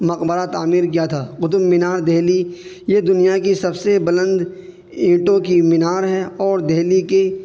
مقبرہ تعمیر کیا تھا قطب مینار دہلی یہ دنیا کی سب سے بلند اینٹوں کی مینار ہے اور دہلی کی